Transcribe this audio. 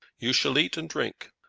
you shall eat and drink,